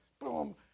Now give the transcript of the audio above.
boom